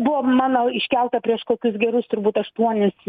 buvo mano iškelta prieš kokius gerus turbūt aštuonis